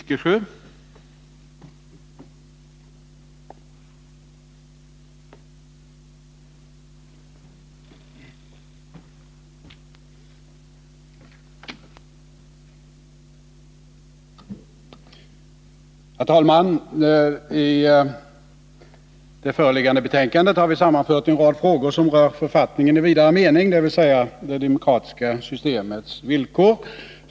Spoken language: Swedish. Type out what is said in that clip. Herr talman! I föreliggande betänkande har vi sammanfört en rad frågor som rör författningen i vidare mening, dvs. det demokratiska systemets villkor.